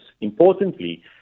Importantly